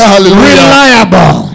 reliable